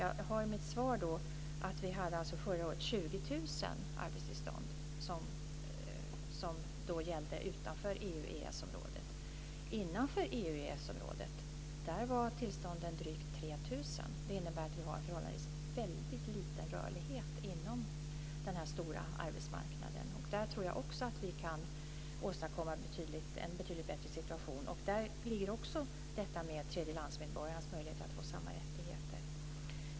Jag nämner i mitt svar att vi förra året hade 20 000 arbetstillstånd som gällde länder utanför EU EES-området var tillstånden drygt 3 000. Det innebär att vi har en förhållandevis liten rörlighet inom den här stora arbetsmarknaden. Jag tror att vi kan åstadkomma en betydligt bättre situation. Där ligger också detta med tredjelandsmedborgarens möjligheter att få samma rättigheter.